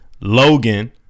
Logan